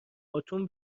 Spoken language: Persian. باتوم